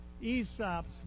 Aesop's